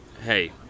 hey